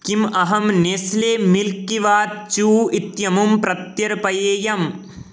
किम् अहं नेस्ले मिल्किवा च्यू इत्यमुं प्रत्यर्पयेयम्